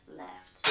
left